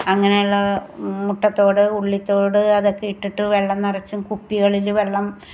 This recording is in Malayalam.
അങ്ങനെ ഉള്ള മുട്ടത്തോട് ഉള്ളി തോട് അതൊക്കെ ഇട്ടിട്ട് വെള്ളം നിറച്ചും കുപ്പികളിൽ വെള്ളം